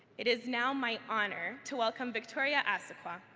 it is now my honor to welcome victoria asuquo,